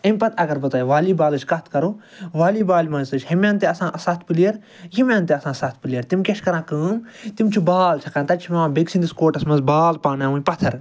اَمہِ پتہٕ اگر بہٕ تۄہہِ والی بالٕچۍ کَتھ کَرو والی بالہِ منٛز تہِ چھُ ہوٚمہِ انٛد تہِ آسان سَتھ پٕلیر ییٚمہِ انٛد تہِ آسان سَتھ پٕلیر تِم کیٛاہ چھِ کَران کٲم تِم چھِ بال چھَکان تَتہِ چھُ پیٚوان بیٚیہِ سٕنٛدِس کوٹس منٛز بال پیٛاوناوٕنۍ پتھر